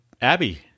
Abby